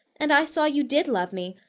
and i saw you did love me,